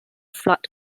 flight